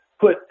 put